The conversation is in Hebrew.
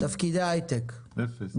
אפס.